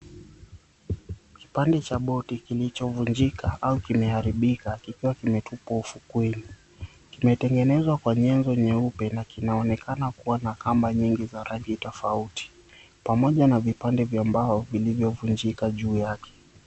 Kipande cha boti kilichovunjika au kimeharibika kikiwa kimetupwa ufukweni, kimetengenezwa kwa nyenzo nyeupe na kinaonekana kuwa na kamba rangi nyingi za rangi tofauti pamoja na vipande vya mbao vilivyovunjika juu yake.